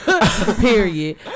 Period